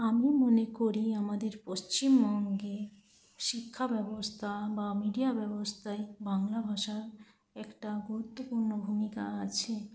আমি মনে করি আমাদের পশ্চিমবঙ্গে শিক্ষাব্যবস্থা বা মিডিয়া ব্যবস্থায় বাংলা ভাষা একটা গুরুত্বপূর্ণ ভূমিকা আছে